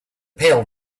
pail